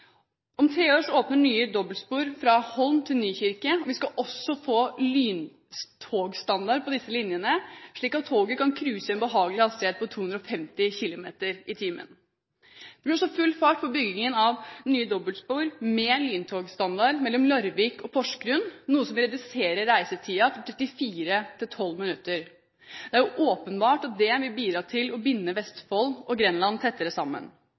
Om tre år åpnes nye dobbeltspor, fra Holm til Nykirke. Vi skal også få lyntogstandard på disse linjene, slik at toget kan cruise i en behagelig hastighet på 250 km/t. Det blir også full fart på byggingen av nye dobbeltspor med lyntogstandard mellom Larvik og Porsgrunn, noe som vil redusere reisetiden fra 34 til 12 minutter. Det er åpenbart at det vil bidra til å binde Vestfold og Grenland tettere sammen.